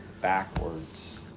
backwards